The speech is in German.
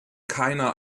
keiner